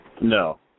No